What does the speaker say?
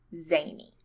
zany